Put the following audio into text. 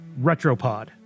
Retropod